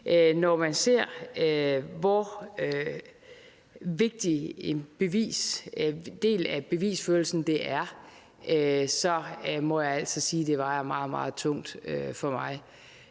når man ser, hvor vigtig en del af bevisførelsen det er, så vejer det meget, meget tungt for mig.